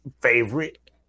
favorite